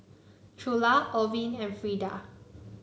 Trula Orvin and Frida